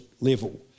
level